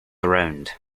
around